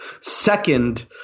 second